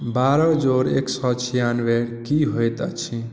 बारह जोड़ एक सय छियानबे की होयत अछि